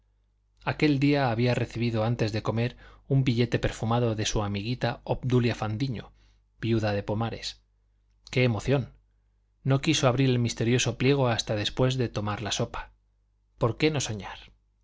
aquel día había recibido antes de comer un billete perfumado de su amiguita obdulia fandiño viuda de pomares qué emoción no quiso abrir el misterioso pliego hasta después de tomar la sopa por qué no soñar